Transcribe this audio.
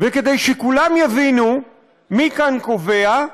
וכדי שכולם יבינו מי כאן קובע,